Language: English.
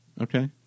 Okay